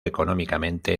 económicamente